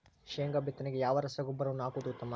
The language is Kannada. ಶೇಂಗಾ ಬಿತ್ತನೆಗೆ ಯಾವ ರಸಗೊಬ್ಬರವನ್ನು ಹಾಕುವುದು ಉತ್ತಮ?